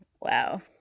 wow